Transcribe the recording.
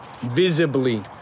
visibly